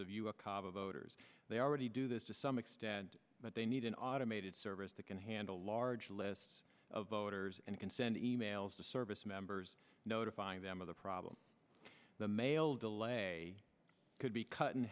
voters they already do this to some extent but they need an automated service that can handle large lists of voters and can send e mails to service members notifying them of the problem the mail delay could be cut in